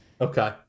Okay